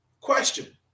Question